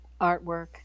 artwork